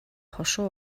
хошуу